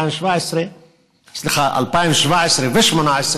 2017 ו-2018,